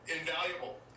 invaluable